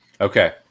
Okay